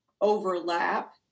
overlap